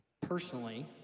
personally